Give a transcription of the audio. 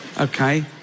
Okay